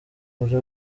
muri